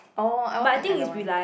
orh I watch at another one